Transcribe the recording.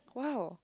!wow!